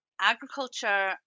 agriculture